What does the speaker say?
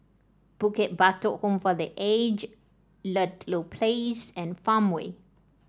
Bukit Batok Home for The Aged Ludlow Place and Farmway